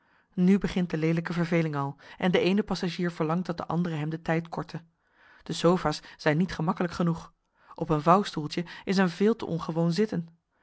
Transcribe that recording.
nu begint de leelijke verveling al en de eene passagier verlangt dat de andere hem den tijd korte de sofa's zijn niet gemakkelijk genoeg op een vouwstoeltje is een veel te ongewoon zitten